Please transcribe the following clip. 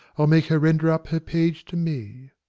i'll make her render up her page to me.